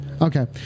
Okay